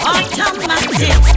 Automatic